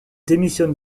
démissionne